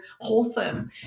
wholesome